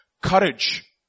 courage